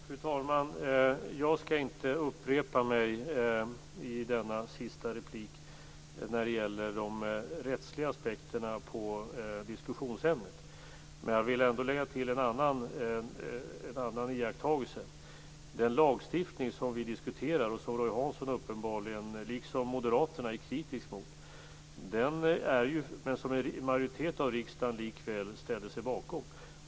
Fru talman! Jag skall inte upprepa mig i denna sista replik när det gäller de rättsliga aspekterna på diskussionsämnet. Man jag vill ändå lägga till en annan iakttagelse. Den lagstiftning som vi diskuterar och som Roy Hansson, liksom moderaterna, uppenbarligen är kritisk mot har likväl en majoritet av riksdagen ställt sig bakom.